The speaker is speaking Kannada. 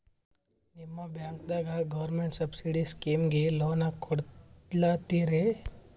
ನಿಮ ಬ್ಯಾಂಕದಾಗ ಗೌರ್ಮೆಂಟ ಸಬ್ಸಿಡಿ ಸ್ಕೀಮಿಗಿ ಲೊನ ಕೊಡ್ಲತ್ತೀರಿ?